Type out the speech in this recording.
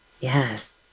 Yes